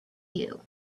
you